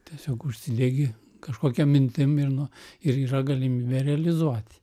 tiesiog užsidegi kažkokia mintim ir nu ir yra galimybė realizuoti